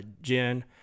Jen